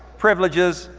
privileges,